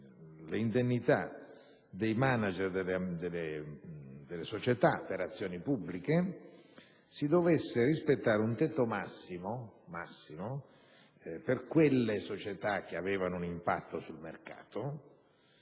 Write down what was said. l'indennità dei *managers* delle società per azioni pubbliche, si dovesse rispettare un tetto massimo, per le società aventi un impatto sul mercato,